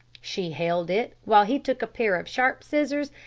she held it while he took a pair of sharp scissors,